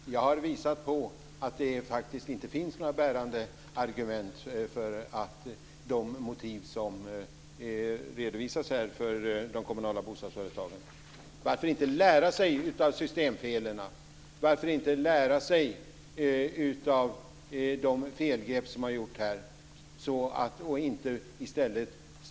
Fru talman! Jag har visat på att det faktiskt inte finns några bärande argument för de motiv som redovisas här när det gäller de kommunala bostadsföretagen. Varför inte lära sig av systemfelen? Varför inte lära sig av de felgrepp som har gjorts här?